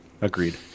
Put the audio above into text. Agreed